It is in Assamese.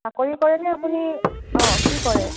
চাকৰি কৰেনে আপুনি অঁ কি কৰে